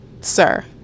sir